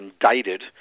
indicted